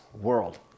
world